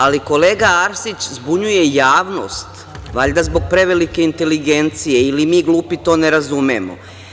Ali, kolega Arsić zbunjuje javnost, valjda zbog prevelike inteligencije, ili mi glupi to ne razumemo?